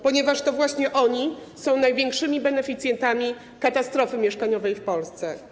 Ponieważ to właśnie oni są największymi beneficjentami skutków katastrofy mieszkaniowej w Polsce.